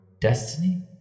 destiny